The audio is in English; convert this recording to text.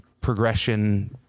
progression